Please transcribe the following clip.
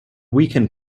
weakened